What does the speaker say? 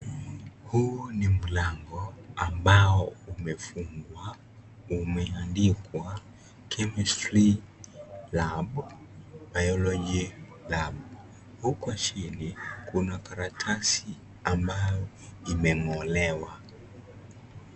Huu ni mlango ambao umefungwa. Umeandikwa chemistry lab, biology lab . Huko chini kuna karatasi ambayo imeng'olewa.